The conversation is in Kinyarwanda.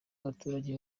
abaturage